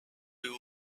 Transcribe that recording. you